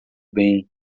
bem